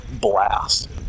blast